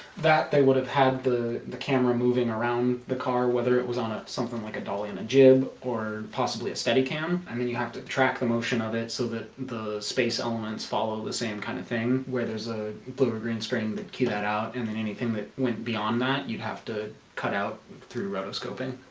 that they would have had the the camera moving around the car whether it was something like a dolly on a jib or possibly a steadicam and then you have to track the motion of it so that the space elements follow the same kind of thing where there's a blue or green screen that key that out and then anything that went beyond that you have to cut out through rotoscoping